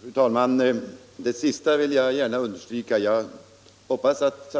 Fru talman! Det sistnämnda vill jag gärna understryka. Jag hoppas att